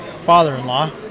father-in-law